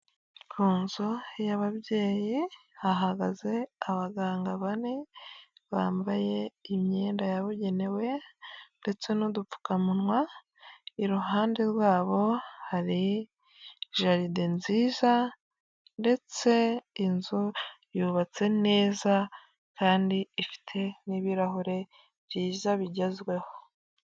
Ku nzu y'ababyeyi hahagaze abaganga bane bambaye imyenda yabugenewe ndetse n'udupfukamunwa, iruhande rwabo hari jaride nziza ndetse iyo nzu yubatse neza kandi ifite n'ibirahure byiza bigezweho.